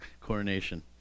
coronation